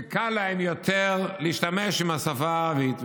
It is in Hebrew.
וקל להם יותר להשתמש בשפה הערבית.